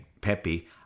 Pepe